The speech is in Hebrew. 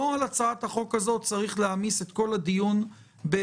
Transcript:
לא על הצעת החוק הזאת צריך להעמיס את כל הדיון בלגיטימיות